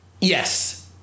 Yes